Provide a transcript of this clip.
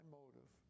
motive